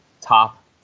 top